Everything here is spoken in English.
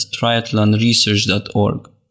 triathlonresearch.org